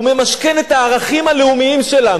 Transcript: הוא ממשכן את הערכים הלאומיים שלנו,